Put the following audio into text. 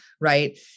right